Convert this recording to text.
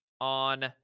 on